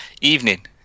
Evening